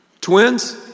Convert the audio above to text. Twins